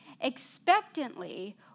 expectantly